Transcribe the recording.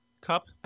Cup